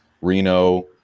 Reno